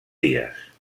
dies